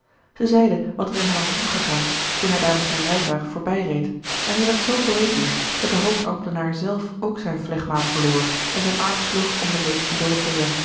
zij zeide wat er in haar was omgegaan toen hij daar met zijn rijtuig voorbij reed en zij werd zoo poëtisch dat de hoofdambtenaar zelf ook zijn flegma verloor en zijn arm sloeg om de leest van